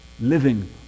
living